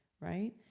right